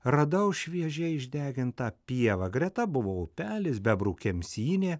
radau šviežiai išdegintą pievą greta buvo upelis bebrų kemsynė